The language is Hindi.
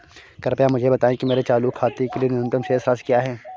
कृपया मुझे बताएं कि मेरे चालू खाते के लिए न्यूनतम शेष राशि क्या है?